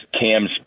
Cam's